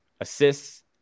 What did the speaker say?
assists